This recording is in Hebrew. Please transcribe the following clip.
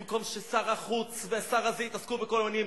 במקום ששר החוץ והשר הזה יתעסקו בכל מיני דברים,